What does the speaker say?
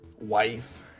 wife